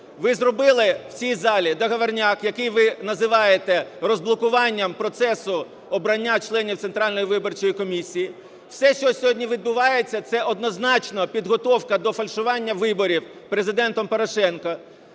Ви зробили в цій залі договорняк, який ви називаєте "розблокуванням процесу обрання членів Центральної виборчої комісії". Все, що сьогодні відбувається, це, однозначно, підготовка до фальшування виборів Президентом Порошенком.